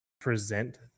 present